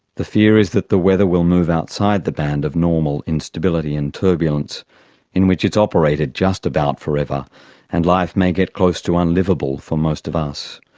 the fear is that the weather will move outside the band of normal instability and turbulence in which it's operated just about forever and life may get close to unliveable for most of us.